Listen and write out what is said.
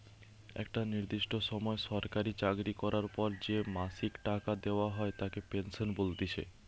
একটা নির্দিষ্ট সময় সরকারি চাকরি করার পর যে মাসিক টাকা দেওয়া হয় তাকে পেনশন বলতিছে